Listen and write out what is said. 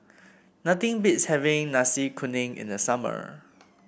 nothing beats having Nasi Kuning in the summer